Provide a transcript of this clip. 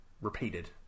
repeated